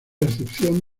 excepción